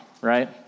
right